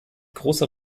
großer